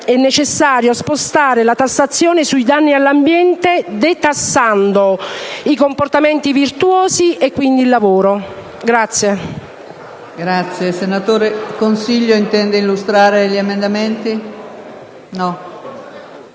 e necessario spostare la tassazione sui danni all'ambiente detassando i comportamenti virtuosi e quindi il lavoro. [DI